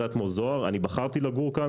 נאי בחרתי לגור כאן,